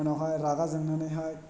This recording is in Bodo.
उनावहाय रागा जोंनानैहाय